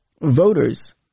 voters